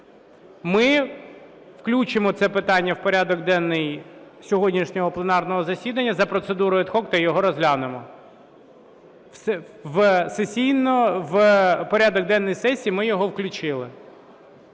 ми включимо це питання в порядок денний сьогоднішнього пленарного засідання за процедурою ad hoc та його розглянемо. В порядок денний сесії ми його включили.